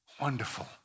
Wonderful